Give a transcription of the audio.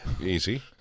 easy